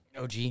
OG